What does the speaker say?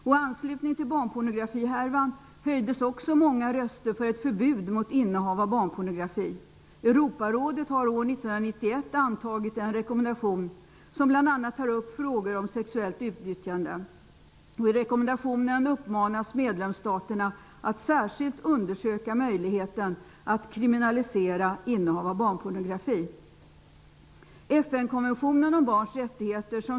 I anslutning till barnpornografihärvan höjdes också många röster för ett förbud mot innehav av barnpornografi. Europarådet antog år 1991 en rekommendation som bl.a. tar upp frågor om sexuellt utnyttjande. I rekommendationen uppmanas medlemsstaterna att särskilt undersöka möjligheten att kriminalisera innehav av barnpornografi.